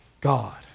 God